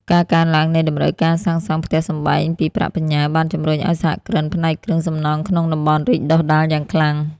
ការកើនឡើងនៃតម្រូវការសាងសង់ផ្ទះសម្បែងពីប្រាក់បញ្ញើ បានជម្រុញឱ្យសហគ្រិនផ្នែកគ្រឿងសំណង់ក្នុងតំបន់រីកដុះដាលយ៉ាងខ្លាំង។